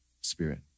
spirit